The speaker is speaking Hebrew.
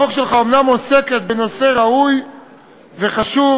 אומנם עוסקת בנושא ראוי וחשוב